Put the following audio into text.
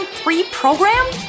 pre-programmed